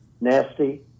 nasty